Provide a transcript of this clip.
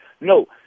No